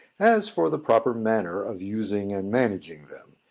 as for the proper manner of using and managing them,